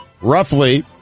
Roughly